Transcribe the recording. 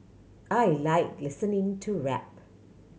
I like listening to rap